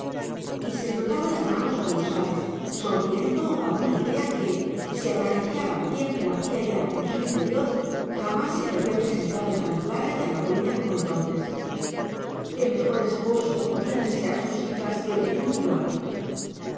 y se frotaba las manos colosales sonriendo a una idea que si acariciaba tiempo hacía allá en su interior jamás se le había presentado tan clara y halagüeña como entonces qué mejor esposo podían desear sus hijas que el primo